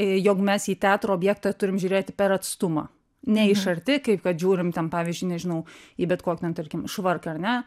jog mes į teatro objektą turim žiūrėti per atstumą ne iš arti kaip kad žiūrim ten pavyzdžiui nežinau į bet kokią ten tarkim švarką ar ne